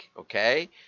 Okay